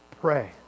Pray